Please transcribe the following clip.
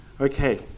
Okay